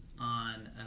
on